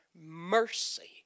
mercy